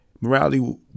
morality